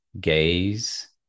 gaze